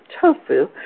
tofu